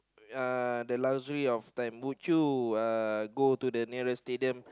uh the luxury of time would you uh go to the nearest stadium